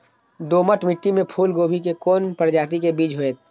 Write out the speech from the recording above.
दोमट मिट्टी में फूल गोभी के कोन प्रजाति के बीज होयत?